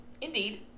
indeed